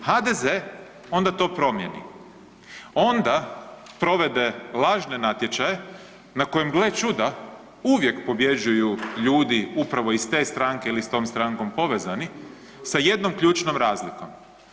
HDZ onda to promijeni, onda provede lažne natječaje na kojim gle čuda, uvijek pobjeđuju ljudi upravo iz te stranke ili s tom strankom povezani, sa jednom ključnom razlikom.